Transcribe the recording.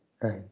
right